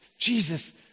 Jesus